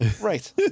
right